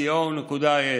www.irisk.co.il.